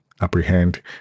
apprehend